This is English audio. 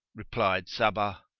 replied sabbah,